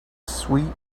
sweet